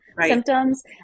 symptoms